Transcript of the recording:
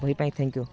ବହି ପାଇଁ thank you